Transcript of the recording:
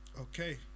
Okay